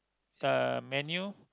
uh menu